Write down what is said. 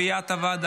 6) (פדויי שבי,